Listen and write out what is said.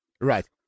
right